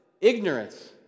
Ignorance